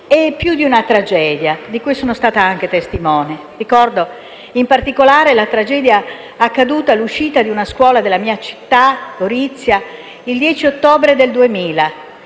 e più di una tragedia, di cui sono stata anche testimone. Ricordo in particolare la tragedia accaduta all'uscita di una scuola della mia città, Gorizia, il 10 ottobre del 2000.